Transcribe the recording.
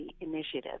initiative